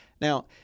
Now